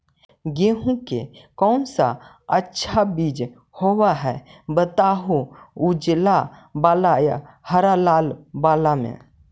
गेहूं के कौन सा अच्छा बीज होव है बताहू, उजला बाल हरलाल बाल में?